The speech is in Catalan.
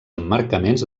emmarcaments